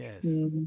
yes